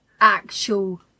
actual